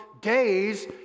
days